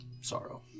sorrow